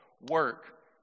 work